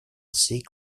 seek